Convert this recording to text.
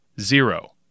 Zero